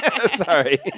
Sorry